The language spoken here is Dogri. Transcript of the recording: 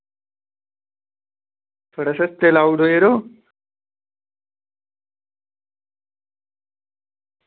थोह्ड़े सस्ते लाई ओड़ेओ यरो